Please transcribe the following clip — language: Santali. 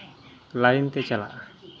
ᱞᱟᱭᱤᱱ ᱛᱮ ᱪᱟᱞᱟᱜᱼᱟ